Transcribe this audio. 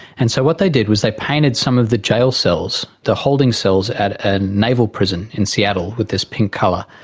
and so what they did was they painted some of the jail cells, the holding cells at a naval prison in seattle with this pink colour,